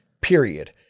Period